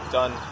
done